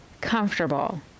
Comfortable